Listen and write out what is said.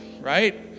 right